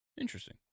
Interesting